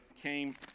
came